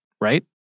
right